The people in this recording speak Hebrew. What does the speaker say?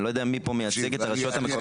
אני לא יודע מי מייצג פה את הרשויות המקומיות.